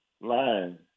line